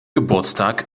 geburtstag